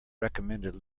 recommended